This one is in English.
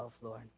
Lord